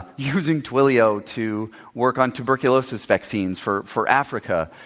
using twilio to work on tuberculosis vaccines for for africa,